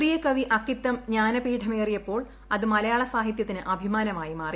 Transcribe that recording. പ്രിയ കവി അക്കിത്തം ജ്ഞാനപീഠമേറിയപ്പോൾ അത് മലയാളസാഹിത്യത്തിന് അഭിമാനമായി മാറി